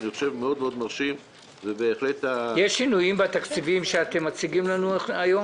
אתם רואים פה בשקף שנושא ההשקעה במלאי ההון בישראל הוא לא